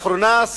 לאחרונה,